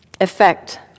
effect